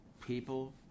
people